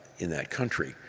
in that country.